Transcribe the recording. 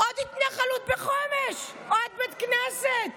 עוד התנחלות בחומש, עוד בית כנסת.